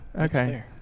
Okay